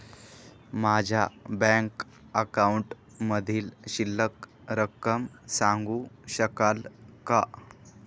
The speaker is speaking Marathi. माझ्या बँक अकाउंटमधील शिल्लक रक्कम सांगू शकाल का?